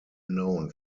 known